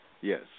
Yes